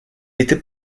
était